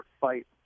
fight